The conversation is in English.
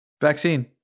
Vaccine